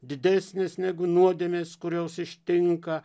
didesnis negu nuodėmės kurios ištinka